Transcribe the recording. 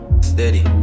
Steady